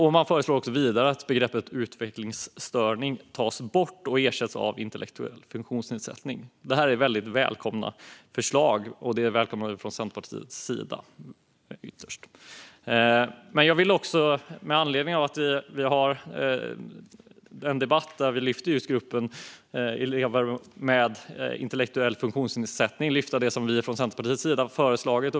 Vidare föreslås att uttrycket utvecklingsstörning tas bort och ersätts av intellektuell funktionsnedsättning. Det här är välkomna förslag som vi också välkomnar från Centerpartiets sida. Jag vill dock med anledning av att vi har en debatt som handlar om gruppen elever med intellektuell funktionsnedsättning lyfta fram även det som vi i Centerpartiet har föreslagit.